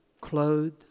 clothed